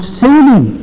saving